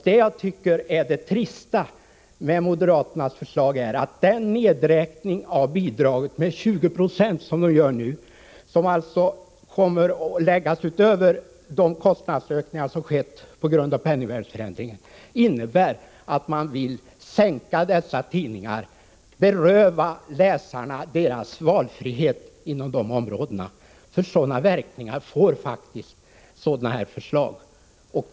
Det trista med moderaternas förslag är att nedskärningen av bidraget med 20 20, som kommer att läggas till de kostnadsökningar som skett på grund av penningvärdesförändringen, innebär att moderaterna vill få bort de tidningar som berörs och beröva läsarna deras valfrihet. Sådana verkningar får faktiskt förslaget.